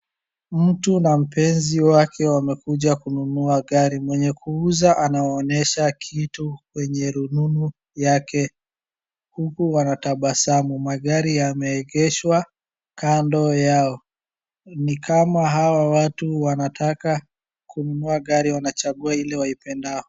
mtu na mpenzi wake wamekuja kununua gari, mwenye kuuza anawaonyesha kitu kwenye rununu yake huku wanatabasamu .Magari yameegeshwa kando yao nikama hawa watu wanataka kununua gari wanachagua ile waipendao